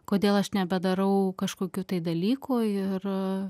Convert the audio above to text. kodėl aš nebedarau kažkokių tai dalykų ir